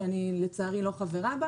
שאני לצערי לא חברה בה,